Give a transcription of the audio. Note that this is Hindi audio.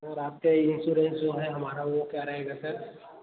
और आपका इन्श्योरेन्स जो है हमारा वह क्या रहेगा सर